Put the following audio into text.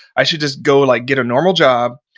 i should just go like get a normal job,